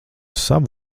savu